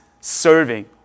serving